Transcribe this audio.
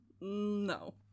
No